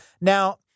Now